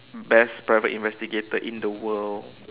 best private investigator in the world